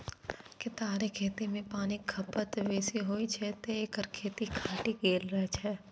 केतारीक खेती मे पानिक खपत बेसी होइ छै, तें एकर खेती घटि गेल छै